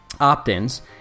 opt-ins